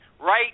Right